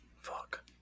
Fuck